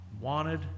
wanted